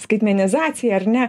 skaitmenizaciją ar ne